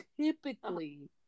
typically